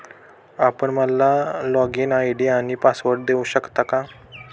आपण मला login ID आणि पासवर्ड देऊ शकता का?